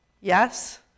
Yes